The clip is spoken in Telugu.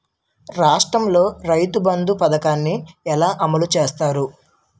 రాష్ట్రంలో రైతుబంధు పథకాన్ని ఎలా అమలు చేస్తారు?